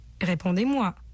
Répondez-moi